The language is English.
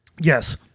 yes